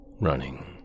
Running